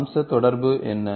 அம்ச தொடர்பு என்ன